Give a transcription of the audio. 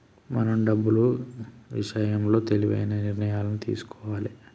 మనం డబ్బులు ఇషయంలో తెలివైన నిర్ణయాలను తీసుకోవాలే